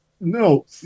No